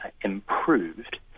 improved